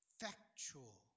factual